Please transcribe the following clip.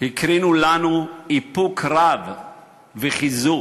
הקרינו אלינו איפוק רב וחיזוק.